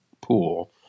pool